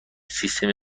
سیستم